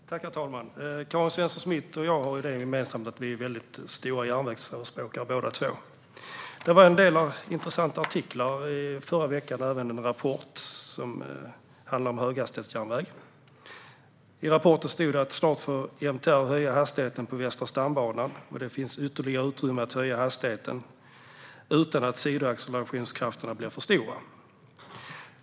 Herr talman! Karin Svensson Smith och jag har detta gemensamt att vi är stora järnvägsförespråkare. Det var en del intressanta artiklar förra veckan och även en rapport som handlar om höghastighetsjärnväg. I rapporten stod det om starten för MTR att höja hastigheten på Västra stambanan och om att det finns ytterligare utrymme att höja hastigheten utan att sidoaccelerationskrafterna blir för stora.